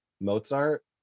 Mozart